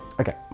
okay